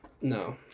No